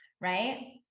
right